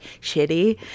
shitty